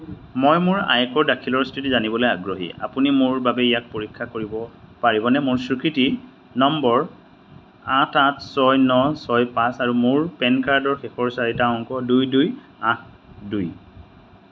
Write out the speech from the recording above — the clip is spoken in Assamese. মই মোৰ আয়কৰ দাখিলৰ স্থিতি জানিবলৈ আগ্ৰহী আপুনি মোৰ বাবে ইয়াক পৰীক্ষা কৰিব পাৰিবনে মোৰ স্বীকৃতি নম্বৰ আঠ আঠ ছয় ন ছয় পাঁচ আৰু মোৰ পেন কাৰ্ডৰ শেষৰ চাৰিটা অংক দুই দুই আঠ দুই